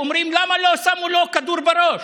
אומרים: למה לא שמו לו כדור בראש?